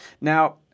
Now